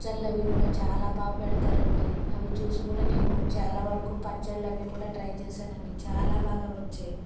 పచ్చళ్ళు అవి కూడా చాలా బాగా పెడతారు అండి అవి చూసి కూడా నేను చాలా వరకు పచ్చళ్ళు అవి కూడా ట్రై చేసాను అండి చాలా బాగా వచ్చాయి